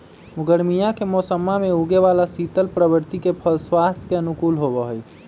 गर्मीया के मौसम्मा में उगे वाला शीतल प्रवृत्ति के फल स्वास्थ्य के अनुकूल होबा हई